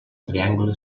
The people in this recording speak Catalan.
triangle